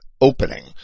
opening